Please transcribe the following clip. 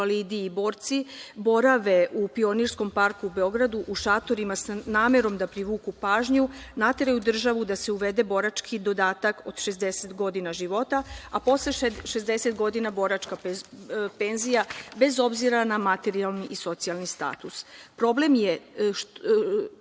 invalidi i borci borave u Pionirskom parku u Beogradu, u šatorima sa namerom da privuku pažnju, nateraju državu da se uvede borački dodatak od 60 godina života, a posle 60 godina penzija bez obzira na materijalni i socijalni status. Problem je